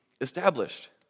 established